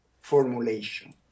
formulation